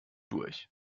durch